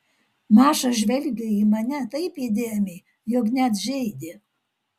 maša žvelgė į mane taip įdėmiai jog net žeidė